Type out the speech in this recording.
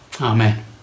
Amen